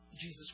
Jesus